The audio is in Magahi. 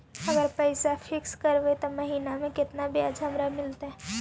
अगर पैसा फिक्स करबै त महिना मे केतना ब्याज हमरा मिलतै?